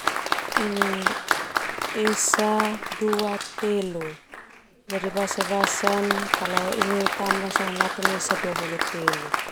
Esa dua telu jadi basa basan kalau ini tambah sona natun esa dua hulu telu.